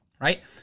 right